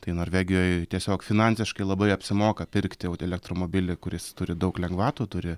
tai norvegijoj tiesiog finansiškai labai apsimoka pirkti elektromobilį kuris turi daug lengvatų turi